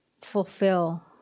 fulfill